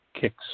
kicks